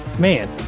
Man